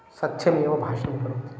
सत्यमेव भाषणं करोति